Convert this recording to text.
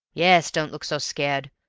yes don't look so scared.